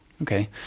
Okay